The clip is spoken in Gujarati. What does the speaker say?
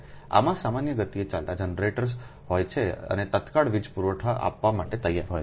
આમાં સામાન્ય ગતિએ ચાલતા જનરેટર્સ હોય છે અને તત્કાળ વીજ પુરવઠો આપવા માટે તૈયાર હોય છે